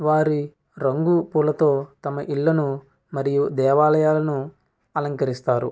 వారి రంగుల పూలతో తమ ఇళ్ళను మరియు దేవాలయాలను అలంకరిస్తారు